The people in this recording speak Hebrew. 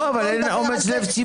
לא, אבל אין אומץ לב ציבורי.